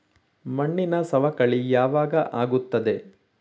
ಮಣ್ಣಿನ ಸವಕಳಿ ಯಾವಾಗ ಆಗುತ್ತದೆ?